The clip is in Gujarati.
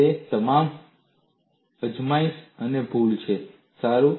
તે તમામ અજમાયશ અને ભૂલ છે સારું